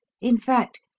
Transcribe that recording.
in fact,